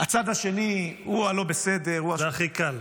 הצד השני הוא הלא-בסדר --- זה הכי קל.